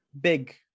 big